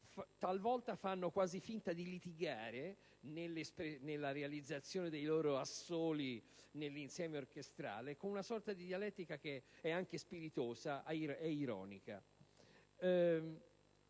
talvolta fanno quasi finta di litigare nella realizzazione dei loro a solo nell'insieme orchestrale, con una sorta di dialettica che è anche spiritosa e ironica.